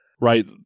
right